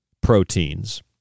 proteins